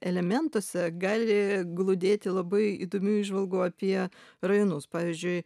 elementuose gali glūdėti labai įdomių įžvalgų apie rajonus pavyzdžiui